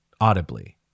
audibly